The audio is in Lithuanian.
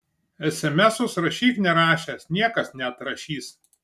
esemesus rašyk nerašęs niekas neatrašys